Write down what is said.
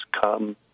come